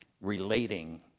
relating